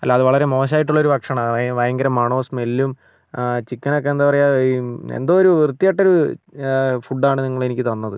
അല്ല അത് വളരെ മോശമായിട്ടുള്ള ഒരു ഭക്ഷണം ഭയങ്കര മണവും സ്മെല്ലും ചിക്കൻ ഒക്കെ എന്താണ് പറയുക എന്തോ ഒരു വൃത്തികെട്ട ഒരു ഫുഡ് ആണ് നിങ്ങൾ എനിക്ക് തന്നത്